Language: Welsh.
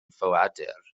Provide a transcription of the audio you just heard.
ffoadur